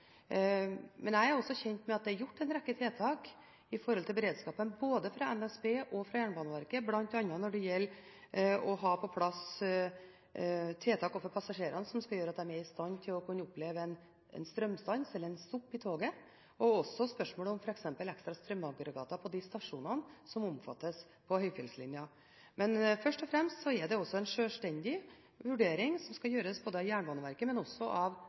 men jeg er kjent med at det er gjort en rekke tiltak når det gjelder beredskapen, både av NSB og av Jernbaneverket. Det dreier seg bl.a. om å ha på plass tiltak overfor passasjerene slik at de er i stand til å kunne oppleve en strømstans eller en togstopp, og spørsmålet om f.eks. ekstra strømaggregater på stasjonene på høyfjellslinjen. Men først og fremst skal både Jernbaneverket og NSB gjøre en sjølstendig vurdering av